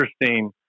interesting